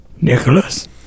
Nicholas